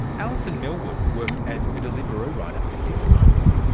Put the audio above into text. alison millwood worked as a deliveroo rider for six months.